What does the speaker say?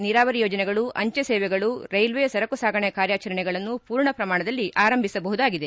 ನೀರಾವರಿ ಯೋಜನೆಗಳು ಅಂಚೆ ಸೇವೆಗಳು ರೈಲ್ವೆ ಸರಕು ಸಾಗಾಣೆ ಕಾರ್ಯಚರಣೆಗಳನ್ನು ಪೂರ್ಣ ಪ್ರಮಾಣದಲ್ಲಿ ಆರಂಭಿಸಬಹುದಾಗಿದೆ